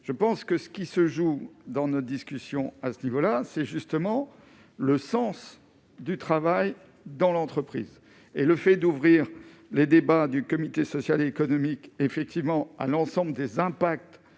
je pense que ce qui se joue dans notre discussion à ce niveau-là, c'est justement le sens du travail dans l'entreprise et le fait d'ouvrir les débats du comité social et économique effectivement à l'ensemble des impacts